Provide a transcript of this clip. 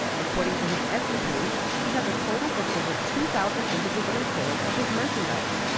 according to his etsy page he has a total of over two thousand individual sales of his merchandise.